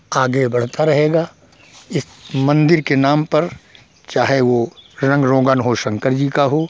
आगे बढ़ता रहेगा इस मन्दिर के नाम पर चाहे वो रंग रोगन हो शंकर जी का हो